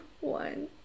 one